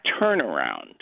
turnaround